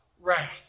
wrath